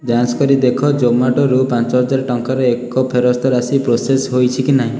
ଯାଞ୍ଚ କରି ଦେଖ ଜୋମାଟୋରୁ ପାଞ୍ଚ ହଜାର ଟଙ୍କାର ଏକ ଫେରସ୍ତ ରାଶି ପ୍ରୋସେସ୍ ହୋଇଛି କି ନାହିଁ